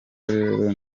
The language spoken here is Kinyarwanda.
rero